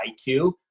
IQ